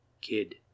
Kid